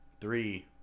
Three